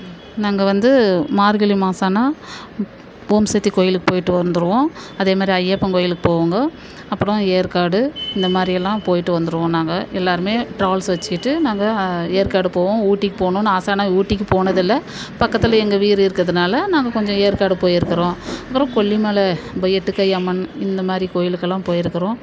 நாங்கள் வந்து மார்கழி மாசம்னா ஓம் சக்தி கோவிலுக்கு போய்ட்டு வந்துடுவோம் அதே மாதிரி அய்யப்பன் கோவிலுக்கு போவோங்க அப்பறம் ஏற்காடு இந்த மாதிரியெல்லாம் போய்ட்டு வந்துடுவோம் நாங்கள் எல்லோருமே ட்ராவல்ஸ் வச்சுக்கிட்டு நாங்க ஏற்காடு போவோம் ஊட்டிக்கு போகணுனு ஆசை ஆனால் ஊட்டிக்கு போனதில்லை பக்கத்தில் எங்கள் வீடு இருக்கதுனால நாங்கள் கொஞ்சம் ஏற்காடு போய்ருக்கறோம் அப்பறம் கொல்லி மலை எட்டுக்கையம்மன் இந்த மாதிரி கோவிலுக்கெல்லாம் போய்ருக்கறோம்